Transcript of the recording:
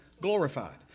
glorified